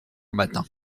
matin